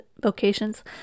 vocations